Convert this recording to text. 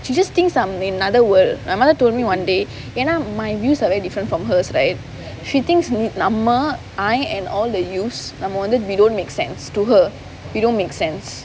she just thinks I'min another world my mother told me one day ஏன்னா:yaennaa my views are very different from hers right she thinks நம்ம:namma I and all the youths நம்ம வந்து:namma vanthu we don't make sense to her we don't make sense